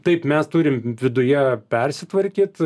taip mes turim viduje persitvarkyt